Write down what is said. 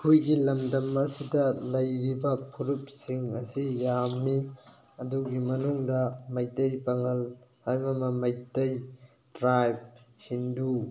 ꯑꯩꯈꯣꯏꯒꯤ ꯂꯝꯗꯝ ꯑꯁꯤꯗ ꯂꯩꯔꯤꯕ ꯐꯨꯔꯨꯞꯁꯤꯡ ꯑꯁꯤ ꯌꯥꯝꯃꯤ ꯑꯗꯨꯒꯤ ꯃꯅꯨꯡꯗ ꯃꯩꯇꯩ ꯄꯥꯉꯜ ꯍꯥꯏꯕ ꯑꯃ ꯃꯩꯇꯩ ꯇ꯭ꯔꯥꯏꯞ ꯍꯤꯟꯗꯨ